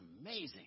amazing